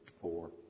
four